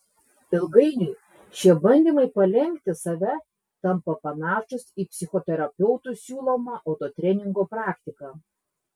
ilgainiui šie bandymai palenkti save tampa panašūs į psichoterapeutų siūlomą autotreningo praktiką